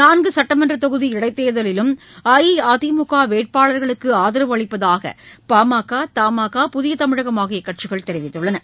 நான்கு சட்டமன்ற தொகுதி இடைத்தேர்தலிலும் அஇஅதிமுக வேட்பாளர்களுக்கு ஆதரவு அளிப்பதாக பாமக தமாகா புதிய தமிழகம் ஆகிய கட்சிகள் தெரிவித்துள்ளன